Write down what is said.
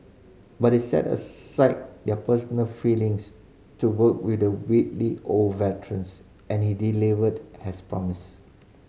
but they set aside their personal feelings to work with the wily old veterans and he delivered as promised